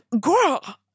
girl